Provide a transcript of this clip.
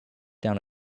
down